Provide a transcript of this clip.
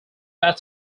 that